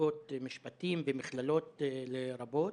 פקולטות למשפטים ומכללות רבות,